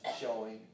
showing